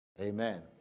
Amen